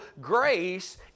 grace